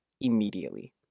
immediately